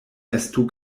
estu